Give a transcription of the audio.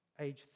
Age